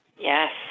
Yes